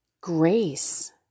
grace